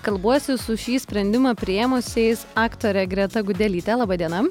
kalbuosi su šį sprendimą priėmusiais aktore greta gudelyte laba diena